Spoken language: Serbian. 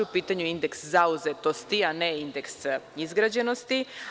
U pitanju je indeks zauzetosti, a ne indeks izgrađenosti.